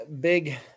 big